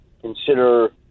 consider